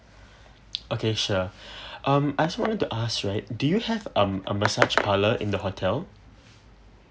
okay sure um I just wanna to ask right do you have um a massage parlour in the hotel